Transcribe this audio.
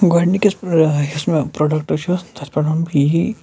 گۄڈنِکِس یُس مےٚ پرٛوڈَکٹ چھُ تَتھ پٮ۪ٹھ وَنہٕ بہٕ یی